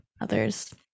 others